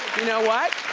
you know what?